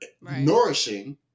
nourishing